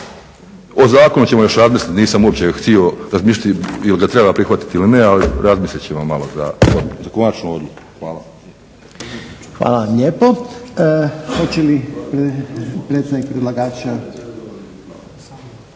O zakonu ćemo još razmislit, nisam uopće htio razmišljati jer ga treba prihvatiti ili ne, ali razmislit ćemo malo za konačnu odluku. Hvala. **Reiner, Željko (HDZ)** Hvala vam lijepo. Hoće li predstavnik predlagača?